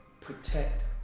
protect